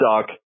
suck